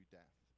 death